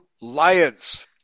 lions